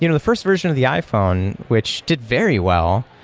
you know the first version of the iphone, which did very well.